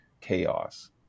chaos